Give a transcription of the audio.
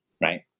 right